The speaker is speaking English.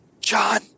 John